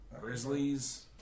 Grizzlies